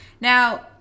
Now